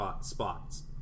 spots